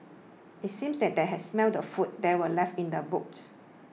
it seemed that they had smelt the food that were left in the boot